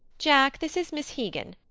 jack, this is miss hegan.